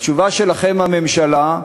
התשובה שלכם, הממשלה,